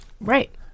right